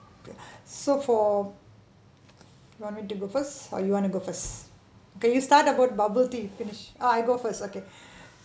okay so for do you want me to go first or you want to go first can you start about bubble tea finish ah I go first okay ya